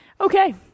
Okay